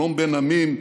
שלום בין עמים,